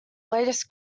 latest